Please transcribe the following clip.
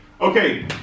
Okay